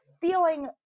feeling